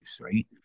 right